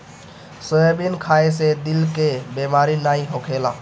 soybean खाए से दिल के बेमारी नाइ होखेला